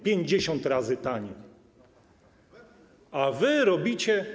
50 razy taniej, a wy robicie.